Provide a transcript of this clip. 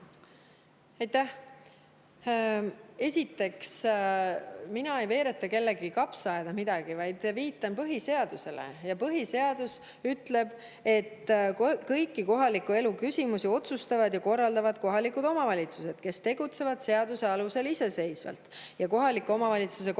Esiteks, mina ei veereta midagi kellegi kapsaaeda, vaid viitan põhiseadusele. Põhiseadus ütleb, et kõiki kohaliku elu küsimusi otsustavad ja korraldavad kohalikud omavalitsused, kes tegutsevad seaduse alusel iseseisvalt. Kohaliku omavalitsuse korralduse